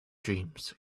dreams